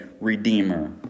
redeemer